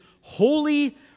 holy